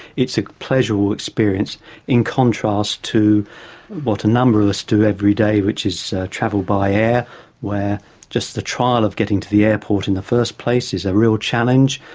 it's a pleasurable experience in contrast to what a number of us to every day which is travel by air where just the trial of getting to the airport in the first place is a real challenge,